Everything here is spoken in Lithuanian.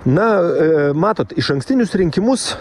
na matot išankstinius rinkimus